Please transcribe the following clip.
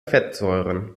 fettsäuren